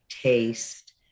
taste